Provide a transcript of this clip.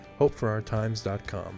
HopeForOurTimes.com